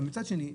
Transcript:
מצד שני,